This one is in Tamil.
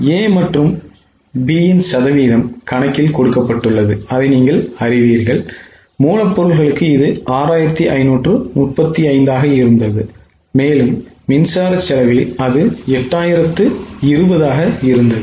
A மற்றும் B இன் சதவீதம் கணக்கில் கொடுக்கப்பட்டுள்ளது மூலப்பொருளுக்கு இது 6535 ஆக இருந்தது மேலும் மின்சாரம் செலவில் அது 8020 ஆக இருந்தது